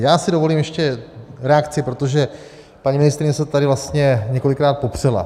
Já si dovolím ještě reakci, protože paní ministryně to tady vlastně několikrát popřela.